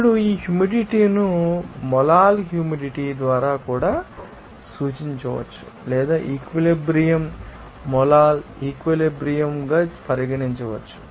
ఇప్పుడు ఈ హ్యూమిడిటీ ను మోలాల్ హ్యూమిడిటీ ద్వారా కూడా సూచించవచ్చు లేదా ఈక్విలిబ్రియం ిని మోలాల్ ఈక్విలిబ్రియం ంగా పరిగణించవచ్చు